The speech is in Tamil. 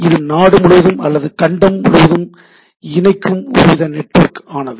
இது நாடு முழுவதும் அல்லது கண்டம் முழுவதும் இணைக்கும் ஒருவித நெட்வொர்க்கிங் ஆனது